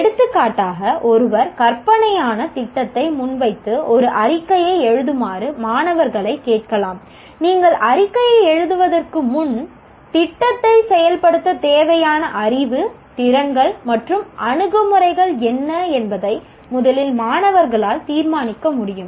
எடுத்துக்காட்டாக ஒருவர் கற்பனையான திட்டத்தை முன்வைத்து ஒரு அறிக்கையை எழுதுமாறு மாணவர்களைக் கேட்கலாம் நீங்கள் அறிக்கையை எழுதுவதற்கு முன் திட்டத்தை செயல்படுத்த தேவையான அறிவு திறன்கள் மற்றும் அணுகுமுறைகள் என்ன என்பதை முதலில் மாணவர்களால் தீர்மானிக்க முடியும்